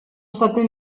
state